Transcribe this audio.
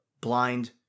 blind